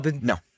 no